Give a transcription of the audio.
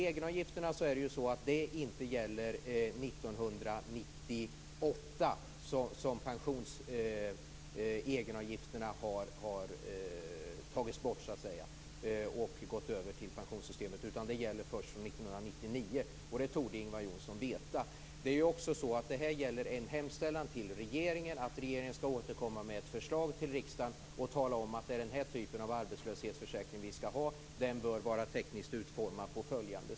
Egenavgifterna gäller inte 1998 utan har överförts till pensionssystemet. De gäller först från 1999, som Ingvar Johnsson torde veta. Det är också fråga om en hemställan till regeringen att regeringen skall återkomma med ett förslag till riksdagen om vilken typ av arbetslöshetsförsäkring som vi skall ha och vilken teknisk utformning den skall ha.